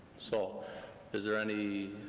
so is there any,